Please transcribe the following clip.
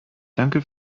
danke